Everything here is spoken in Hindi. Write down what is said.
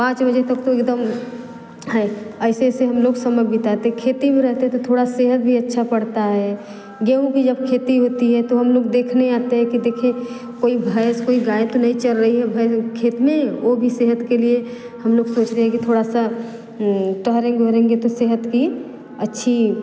पाँच बजे तक तो एकदम हैं ऐसे ऐसे हम लोग समय बिताते हैं खेत ही में रहते तो थोड़ा सेहत भी अच्छा पड़ता है गेहूँ की जब खेती होती है तो हम लोग देखने आते हैं कि देखें कोई भैंस कोई गाय तो नहीं चर रही है खेत में वो भी सेहत के लिए हम लोग सोच रहे हैं कि तोड़ेंगे औड़ेंगे तो सेहत की अच्छी